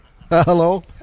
Hello